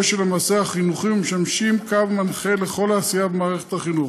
של המעשה החינוכי ומשמשים קו מנחה לכל העשייה במערכת החינוך.